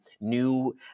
new